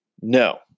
No